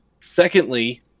secondly